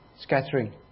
scattering